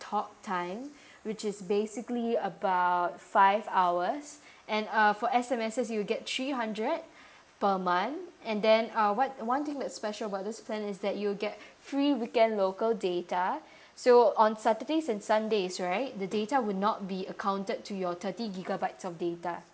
talk time which is basically about five hours and uh for S_M_S you'll get three hundred per month and then uh what one thing that's special about this plan is that you'll get free weekend local data so on saturdays and sundays right the data will not be accounted to your thirty gigabytes of data